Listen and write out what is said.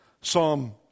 Psalm